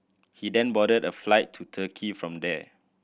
he then boarded a flight to Turkey from there